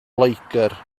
loegr